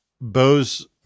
Bo's